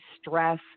stress